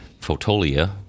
Photolia